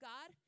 God